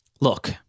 Look